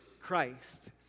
Christ